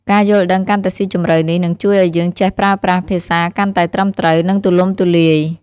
ការយល់ដឹងកាន់តែស៊ីជម្រៅនេះ នឹងជួយឲ្យយើងចេះប្រើប្រាស់ភាសាកាន់តែត្រឹមត្រូវ និងទូលំទូលាយ។